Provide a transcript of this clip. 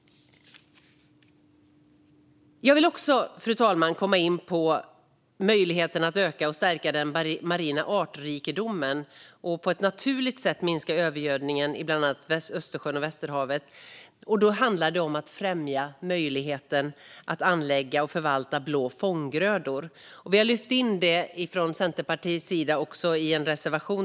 Fru talman! Jag vill komma in på möjligheten att öka och stärka den marina artrikedomen och på ett naturligt sätt minska övergödningen i bland annat Östersjön och Västerhavet. Det handlar om att främja möjligheten att anlägga och förvalta blå fånggrödor. Vi har från Centerpartiets sida tagit upp det i en reservation.